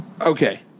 Okay